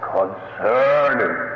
concerning